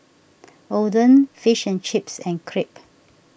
Oden Fish and Chips and Crepe